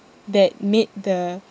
that made the